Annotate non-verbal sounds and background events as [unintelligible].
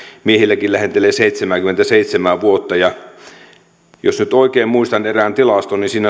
miehilläkin lähentelee seitsemääkymmentäseitsemää vuotta jos nyt oikein muistan erään tilaston niin siinä [unintelligible]